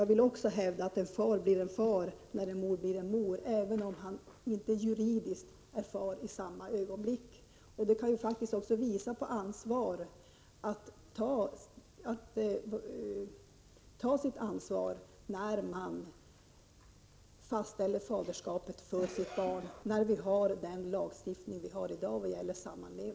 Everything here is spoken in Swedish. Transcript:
Jag vill också hävda att en far blir en far när en mor blir en mor, även om fadern juridiskt sett inte blir far i samma ögonblick som barnet föds. Man kan faktiskt också se det så att den nuvarande lagstiftningen för sammanlevnad innebär att fadern verkligen tar sitt ansvar för att faderskapet fastställs.